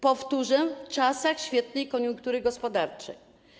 Powtórzę: w czasach świetnej koniunktury gospodarczej.